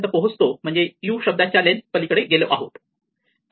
आपण m पर्यंत पोहोचलो म्हणजे u शब्दाच्या लेन्थ पलीकडे गेलो आहोत